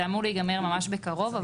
זה אמור להיגמר בקרוב.